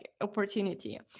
opportunity